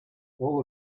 all